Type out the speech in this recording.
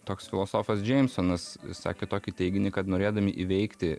toks filosofas džeimsonas išsakė tokį teiginį kad norėdami įveikti